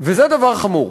וזה דבר חמור,